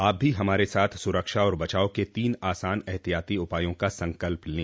आप भी हमारे साथ सुरक्षा और बचाव के तीन आसान एहतियाती उपायों का संकल्प लें